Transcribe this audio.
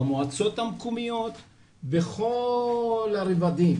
במועצות המקומיים ובכל הרבדים.